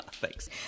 Thanks